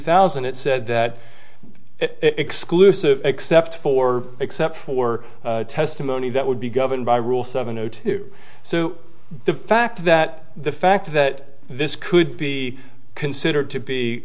thousand it said that exclusive except for except for testimony that would be governed by rules of a no two so the fact that the fact that this could be considered to be